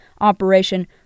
Operation